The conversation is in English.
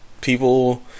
people